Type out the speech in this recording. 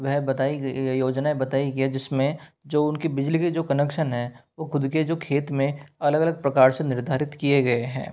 वह बताई गई योजनाएं बताई गई जिसमें जो उनके बिजली के जो कनेक्शन हैं वो ख़ुद के जो खेत में अलग अलग प्रकार से निर्धारित किये गए हैं